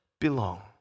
belong